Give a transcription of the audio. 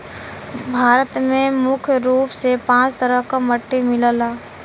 भारत में मुख्य रूप से पांच तरह क मट्टी मिलला